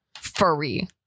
Furry